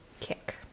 kick